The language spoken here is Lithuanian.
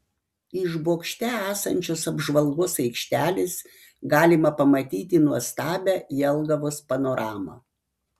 iš bokšte esančios apžvalgos aikštelės galima pamatyti nuostabią jelgavos panoramą